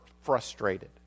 frustrated